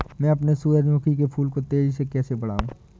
मैं अपने सूरजमुखी के फूल को तेजी से कैसे बढाऊं?